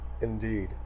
indeed